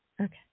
Okay